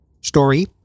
story